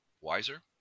wiser